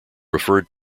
referred